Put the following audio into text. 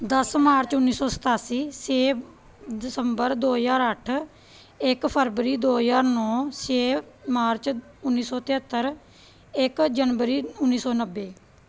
ਦਸ ਮਾਰਚ ਉੱਨੀ ਸੌ ਸਤਾਸੀ ਛੇ ਦਸੰਬਰ ਦੋ ਹਜ਼ਾਰ ਅੱਠ ਇੱਕ ਫਰਵਰੀ ਦੋ ਹਜ਼ਾਰ ਨੌਂ ਛੇ ਮਾਰਚ ਉੱਨੀ ਸੌ ਤੇਹੱਤਰ ਇੱਕ ਜਨਵਰੀ ਉੱਨੀ ਸੌ ਨੱਬੇ